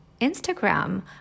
Instagram